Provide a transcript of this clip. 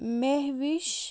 Mahvish